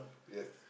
yes